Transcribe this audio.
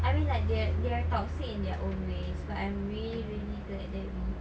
I mean like they are they are toxic in their own ways but I'm really really glad that we